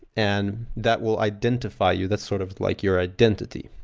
and that will identify you. that's sort of like your identity.